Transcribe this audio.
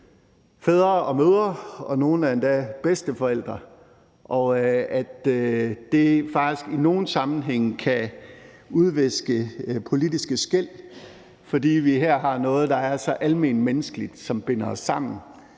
fædre og mødre, og nogle er endda bedsteforældre, og at det faktisk i nogle sammenhænge kan udviske de politiske skel, fordi vi her har noget, der er så alment menneskeligt, som binder os sammen,